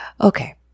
Okay